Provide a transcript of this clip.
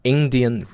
Indian